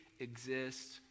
exist